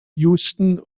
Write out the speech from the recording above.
houston